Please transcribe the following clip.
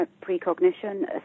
precognition